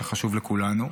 שחשוב לכולנו.